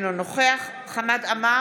אינו נוכח חמד עמאר,